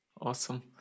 Awesome